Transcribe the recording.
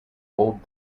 old